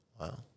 Wow